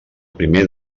primer